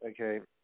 Okay